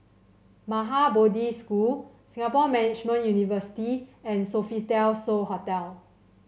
Maha Bodhi School Singapore Management University and Sofitel So Hotel